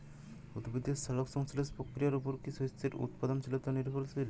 উদ্ভিদের সালোক সংশ্লেষ প্রক্রিয়ার উপর কী শস্যের উৎপাদনশীলতা নির্ভরশীল?